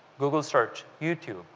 google search, youtube,